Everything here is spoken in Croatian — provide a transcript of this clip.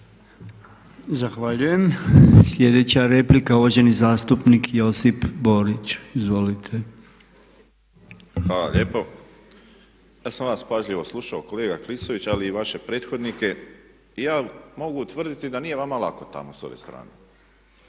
Zahvaljujem. Sljedeća replika uvaženi zastupnik Josip Borić. Izvolite. **Borić, Josip (HDZ)** Hvala lijepo. Ja sam vas pažljivo slušao kolega Klisović, ali i vaše prethodnike i ja mogu utvrditi da nije vama lako tamo sa ove strane